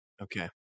Okay